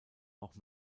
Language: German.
auch